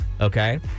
okay